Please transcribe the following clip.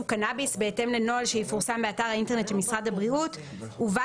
קנאביס בהתאם לנוהל שיפורסם באתר האינטרנט של משרד הבריאות ובה